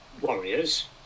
warriors